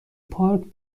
پارک